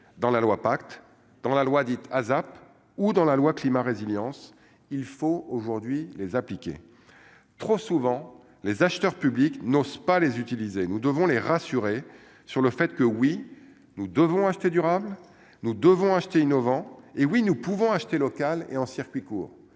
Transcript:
dans la loi, pacte dans la loi dite ASAP ou dans la loi climat résilience, il faut aujourd'hui les appliquer trop souvent les acheteurs publics n'osent pas les utiliser, nous devons les rassurer sur le fait que oui nous devons acheter durable, nous devons acheter innovants et oui, nous pouvons acheter local et en circuit court.